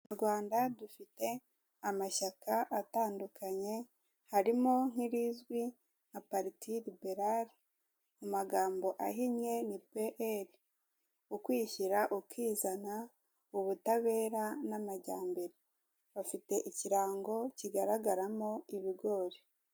U Rwanda dufite amashyaka atandukanye harimo nk'irizwi nka paritili berale, mu magambo ahinnye ni pe eri ukwishyira ukizana, ubutabera n'amajyambere afite ikirango kigaragaramo ibigori.